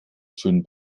schön